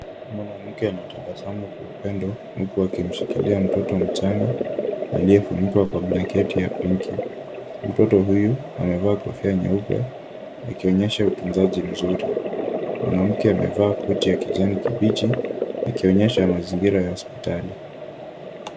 Mwanamke anatabasamu kwa upendo huku akimshikilia mtoto mchanga aliyefunikwa kwa blanketi ya pinki. Mtoto huyu amevaa kofia nyeupe akionyesha utunzaji mzuri. Mwanamke amevaa koti ya kijani kibichi akionyesha mazingira ya hospitali.